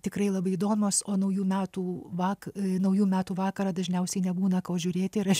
tikrai labai įdomios o naujų metų vak naujų metų vakarą dažniausiai nebūna ko žiūrėti ir aš